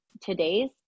today's